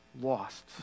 lost